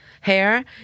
Hair